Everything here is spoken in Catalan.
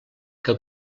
que